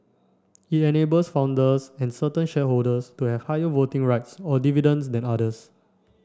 it enables founders and certain shareholders to have higher voting rights or dividends than others